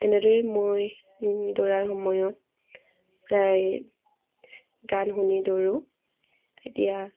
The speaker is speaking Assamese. এনেদৰেই মই দৌৰাৰ সময়ত প্ৰায় গান শুনি দৌৰোঁ তেতিয়া